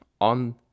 on